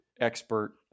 expert